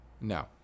No